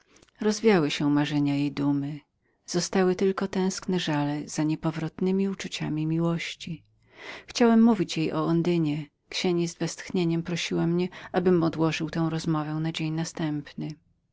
rozwiały się marzenia jej dumy zostały tylko tęskne żale za niepowróconemi uczuciami miłości chciałem mówić jej o ondynie ksieni z westchnieniem prosiła mnie abym odłożył tę rozmowę na dzień następny